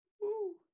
Woo